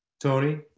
Tony